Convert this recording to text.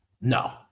No